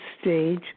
stage